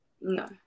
no